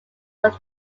were